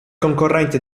concorrente